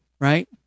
right